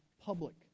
public